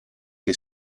che